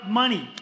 money